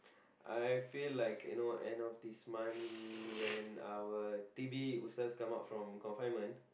I feel like you know end of this month when our T_B starts come out of confinement